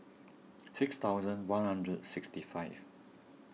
six thousand one hundred sixty five